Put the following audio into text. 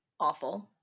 awful